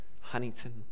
Huntington